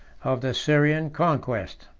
of the syrian conquest.